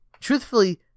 Truthfully